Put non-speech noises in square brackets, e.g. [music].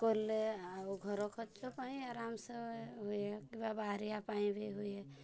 କଲେ ଆଉ ଘର ଖର୍ଚ୍ଚ ପାଇଁ ଆରାମସେ [unintelligible] କିବା ବାହାରିବା ପାଇଁ ବି ହୁଏ